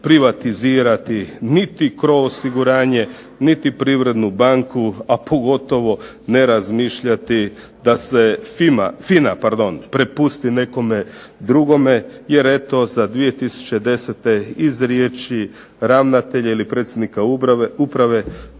privatizirati niti CRO osiguranje, niti Privrednu banku, a pogotovo ne razmišljati da se FINA prepusti nekome drugome, jer eto za 2010. iz riječi ravnatelja ili predsjednika uprave